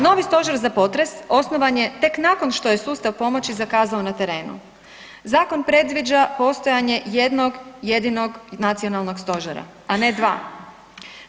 Novi stožer za potres osnovan je tek nakon što je sustav pomoći zakazao na terenu, zakon predviđa postojanje jednog jedinog nacionalnog stožera, a ne dva.